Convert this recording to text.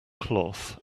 cloth